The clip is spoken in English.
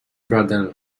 brother